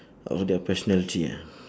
of the personality ah